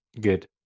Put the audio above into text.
Good